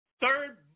third